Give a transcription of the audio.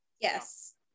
Yes